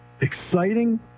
exciting